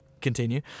continue